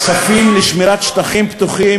כספים לשמירת שטחים פתוחים,